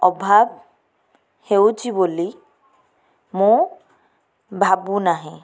ଅଭାବ ହେଉଛି ବୋଲି ମୁଁ ଭାବୁନାହିଁ